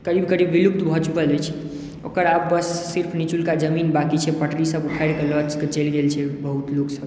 करीब करीब विलुप्त भऽ चुकल अछि ओकर आब बस सिर्फ नीचुलका जमीन बाकी छै पटरी सभ उखारिकऽ लऽ कऽ चलि गेल छै बहुत लोकसभ